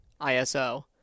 ISO